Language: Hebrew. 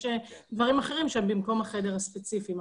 יש דברים אחרים שהם במקום החדר הספציפי.